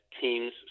teams